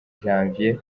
janvier